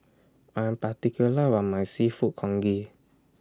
I Am particular Are My Seafood Congee